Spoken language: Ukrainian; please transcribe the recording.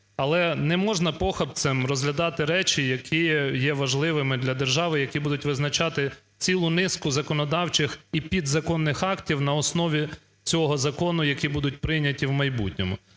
Але не можна похапцем розглядати речі, які є важливими для держави, які будуть визначати цілу низку законодавчих і підзаконних актів на основі цього закону, які будуть прийняті в майбутньому.